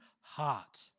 heart